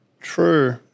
true